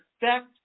effect